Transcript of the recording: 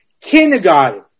Kindergarten